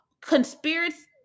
conspiracy